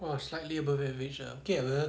!wah! slightly above average ah okay [pe]